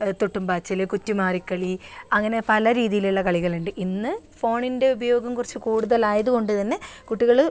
തൊട്ടും പാച്ചില് കുറ്റ് മാറിക്കളി അങ്ങനെ പല രീതിയിലുള്ള കളികളുണ്ട് ഇന്ന് ഫോണിൻ്റെ ഉപയോഗം കുറച്ച് കൂടുതലായത് കൊണ്ട് തന്നെ കുട്ടികൾ